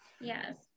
Yes